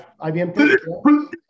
IBM